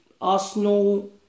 Arsenal